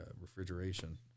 refrigeration